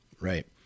Right